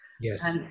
Yes